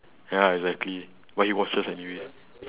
ya exactly but he watches anyways